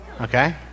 Okay